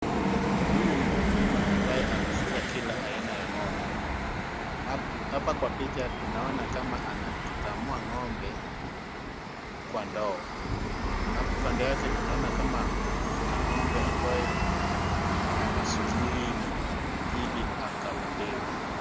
Huyu ni mkulima ambaye amefuga kila aina ya ng'ombe, hapa kwa picha tunaona kama anakamua ng'ombe kwa ndoo, hapo kando yake tunaona kama kuna ng'ombe ambayo anasuburi ili akamuliwe.